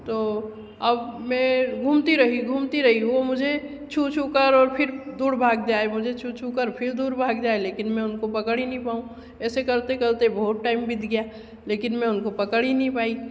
तो अब मैं घूमती रही घूमती रही वो मुझे छू छू कर और फिर दूर भाग जाए मुझे छू छू कर फिर दूर भाग जाए लेकिन मैं उनको पकड़ ही नहीं पाऊँ ऐसे करते करते बहुत टाइम बीत गया लेकिन मैं उनको पकड़ ही नही पाई